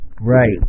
Right